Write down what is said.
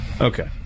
Okay